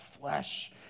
flesh